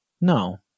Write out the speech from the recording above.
no